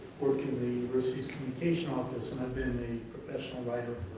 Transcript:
work in the universities communication office and i've been a professional writer